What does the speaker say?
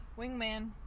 Wingman